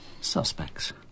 Suspects